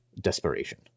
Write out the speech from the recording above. desperation